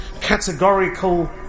categorical